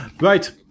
Right